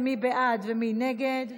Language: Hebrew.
מי בעד ומי נגד?